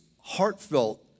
heartfelt